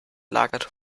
lagerte